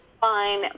fine